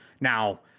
now